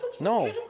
No